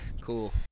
cool